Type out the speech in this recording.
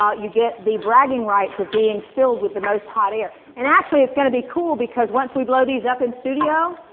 you get the bragging rights of being filled with the most hot air. and actually it's gonna be cool, because once we blow these up in studio,